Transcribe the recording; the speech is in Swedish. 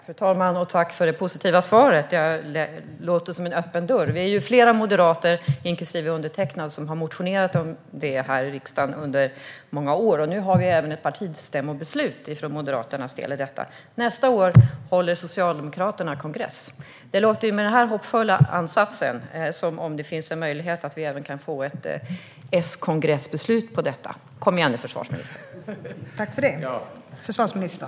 Fru talman! Tack för det positiva svaret! Det låter som en öppen dörr. Vi är flera moderater, inklusive undertecknad, som i många år har motionerat om detta i riksdagen, och nu har vi från Moderaternas sida även ett partistämmobeslut i frågan. Nästa år håller Socialdemokraterna kongress. Med denna hoppfulla ansats låter det som om det finns en möjlighet att vi även kan få ett S-kongressbeslut om detta. Kom igen nu, försvarsministern!